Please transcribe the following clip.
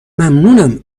ممنونم